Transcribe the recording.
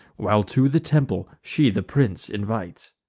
while to the temple she the prince invites.